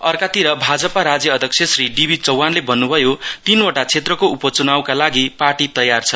अर्कातिर भाजपा राज्य अध्यक्ष श्री डीबी जौहानले भन्नुभयो तीनवटा श्रेक्षको उपचुनाउका लागि पार्टी तयार छ